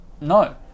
No